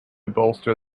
bolster